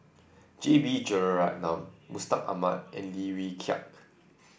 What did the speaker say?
J B Jeyaretnam Mustaq Ahmad and Lim Wee Kiak